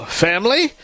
family